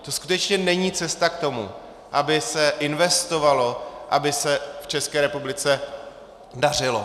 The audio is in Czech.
To skutečně není cesta k tomu, aby se investovalo, aby se České republice dařilo.